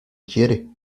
quiere